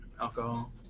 alcohol